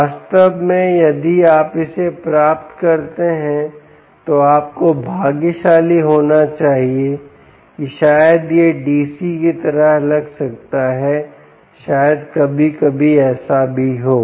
वास्तव में यदि आप इसे प्राप्त करते हैं तो आपको भाग्यशाली होना चाहिए कि शायद यह DC की तरह लग सकता है शायद कभी कभी ऐसा भी हो